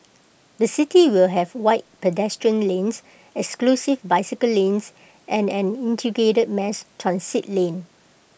the city will have wide pedestrian lanes exclusive bicycle lanes and an integrated mass transit lane